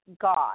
God